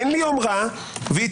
אין לי יומרה והיא